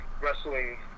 wrestling